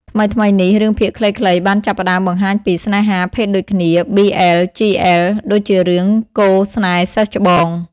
ថ្មីៗនេះ រឿងភាគខ្លីៗបានចាប់ផ្តើមបង្ហាញពី ស្នេហាភេទដូចគ្នា BL/GL ដូចជារឿង "កូស្នេហ៍សិស្សច្បង"។